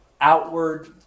outward